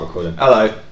Hello